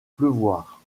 pleuvoir